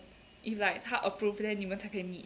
if like 他 approve then 你们才可以 meet